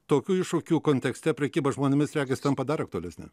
tokių iššūkių kontekste prekyba žmonėmis regis tampa dar aktualesni